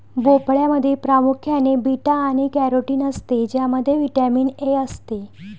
भोपळ्यामध्ये प्रामुख्याने बीटा आणि कॅरोटीन असते ज्यामध्ये व्हिटॅमिन ए असते